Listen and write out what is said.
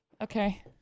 Okay